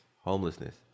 Homelessness